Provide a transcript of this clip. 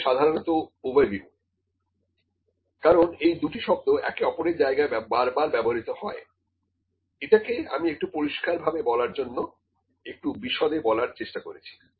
এটা সাধারণ ওভারভিউ কারণ এই দুটি শব্দ একে অপরের জায়গায় বারবার ব্যবহৃত হয় এটাকে আমি একটু পরিষ্কার ভাবে বলার জন্য একটু বিশদে বলার চেষ্টা করেছি